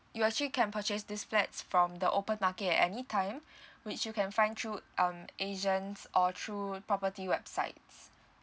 you actually can purchase these flats from the open market at any time which you can find through um agents or through property websites